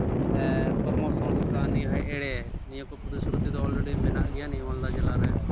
ᱠᱚᱨᱢᱚ ᱥᱚᱝᱥᱛᱟᱱ ᱱᱤᱭᱟᱹ ᱦᱚᱸ ᱮᱲᱮ ᱱᱤᱭᱟᱹ ᱠᱚ ᱯᱨᱚᱛᱤ ᱥᱨᱩᱛᱤ ᱫᱚ ᱚᱞᱨᱮᱰᱤ ᱢᱮᱱᱟᱜ ᱜᱮᱭᱟ ᱱᱤᱭᱟᱹ ᱢᱟᱞᱫᱟ ᱡᱮᱞᱟ ᱨᱮ